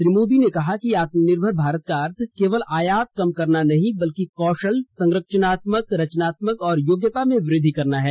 श्री मोदी ने कहा आत्मानिर्भर भारत का अर्थ केवल आयात कम करना नहीं बल्कि कौशल रचनात्मंकता और योग्यता में वृद्धि करना है